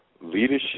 leadership